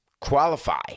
qualify